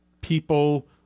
people